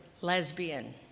lesbian